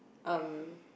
um